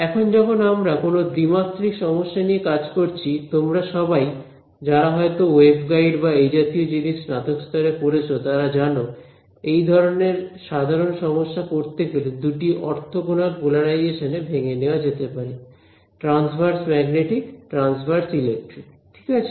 এখন যখন আমরা কোন দ্বিমাত্রিক সমস্যা নিয়ে কাজ করছি তোমরা সবাই যারা হয়তো ওয়েভ গাইড বা এই জাতীয় জিনিস স্নাতক স্তরে পড়েছ তারা জানো এই ধরনের সাধারণ সমস্যা পড়তে গেলে দুটি অর্থগণাল পোলারাইজেশন এ ভেঙে নেওয়া যেতে পারে ট্রান্সভার্স ম্যাগনেটিক ট্রান্সভার্স ইলেকট্রিক ঠিক আছে